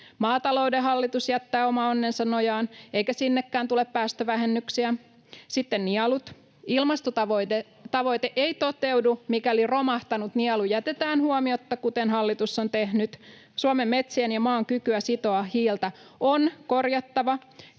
Maatalouden hallitus jättää oman onnensa nojaan, eikä sinnekään tule päästövähennyksiä. Sitten nielut. Ilmastotavoite ei toteudu, mikäli romahtanut nielu jätetään huomiotta, kuten hallitus on tehnyt. Suomen metsien ja maan kykyä sitoa hiiltä on korjattava.